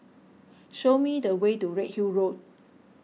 show me the way to Redhill Road